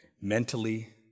mentally